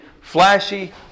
flashy